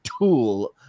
tool